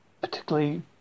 particularly